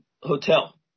hotel